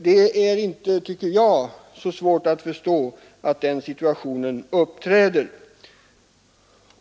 Det bör inte, tycker jag, vara så svårt att förstå att den situationen uppträder.